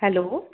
hello